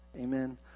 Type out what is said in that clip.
Amen